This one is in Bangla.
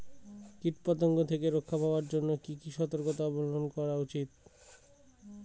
কীটপতঙ্গ থেকে রক্ষা পাওয়ার জন্য কি কি সর্তকতা অবলম্বন করা উচিৎ?